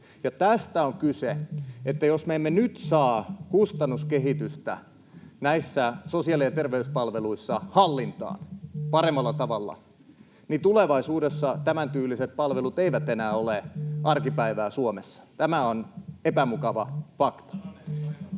Tästä on kyse. Jos me emme nyt saa kustannuskehitystä näissä sosiaali- ja terveyspalveluissa hallintaan paremmalla tavalla, tulevaisuudessa tämäntyyliset palvelut eivät enää ole arkipäivää Suomessa. Tämä on epämukava fakta.